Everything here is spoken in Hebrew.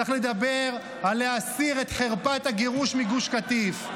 צריך לדבר על להסיר את חרפת הגירוש מגוש קטיף,